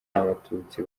n’abatutsi